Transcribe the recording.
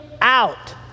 out